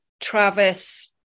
Travis